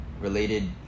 related